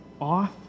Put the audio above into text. off